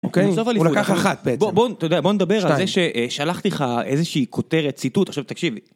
אוקיי הוא לקח אחת בוא בוא תודה בוא נדבר על זה ששלחתי לך איזה שהיא כותרת ציטוט עכשיו תקשיבי